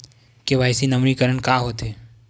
KYC नवीनीकरण का होथे?